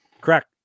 Correct